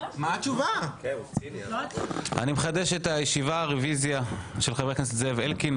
אני מחדש את הישיבה עם רוויזיה של חבר הכנסת זאב אלקין.